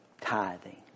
tithing